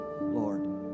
Lord